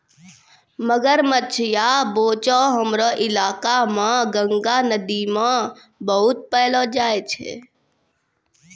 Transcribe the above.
मगरमच्छ या बोचो हमरो इलाका मॅ गंगा नदी मॅ बहुत पैलो जाय छै